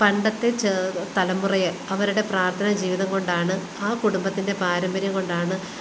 പണ്ടത്തെ ചേ തലമുറയെ അവരുടെ പ്രാർത്ഥനാ ജീവിതം കൊണ്ടാണ് ആ കുടുംബത്തിന്റെ പാരമ്പര്യം കൊണ്ടാണ്